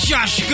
Josh